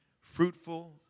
Fruitful